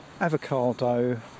avocado